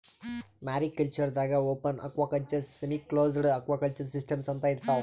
mariculture ದಾಗಾ open aquaculture, semi closed aquaculture systems ಅಂತಾ ಇರ್ತವ್